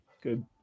good